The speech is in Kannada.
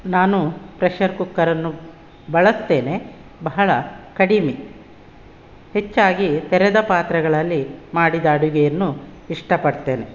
ನಾನು ಪ್ರೆಷರ್ ಕುಕ್ಕರನ್ನು ಬಳಸ್ತೇನೆ ಬಹಳ ಕಡಿಮೆ ಹೆಚ್ಚಾಗಿ ತೆರೆದ ಪಾತ್ರೆಗಳಲ್ಲಿ ಮಾಡಿದ ಅಡುಗೆಯನ್ನು ಇಷ್ಟಪಡ್ತೇನೆ